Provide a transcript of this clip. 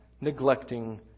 neglecting